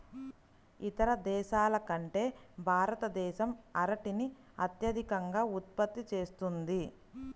ఇతర దేశాల కంటే భారతదేశం అరటిని అత్యధికంగా ఉత్పత్తి చేస్తుంది